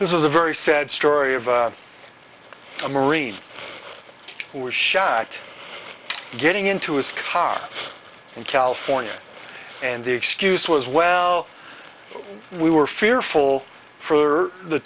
this is a very sad story of a marine who was shocked getting into his car in california and the excuse was well we were fearful for the